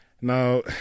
Now